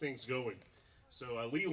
things going so i we